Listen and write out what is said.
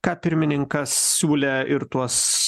ką pirmininkas siūlė ir tuos